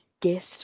guest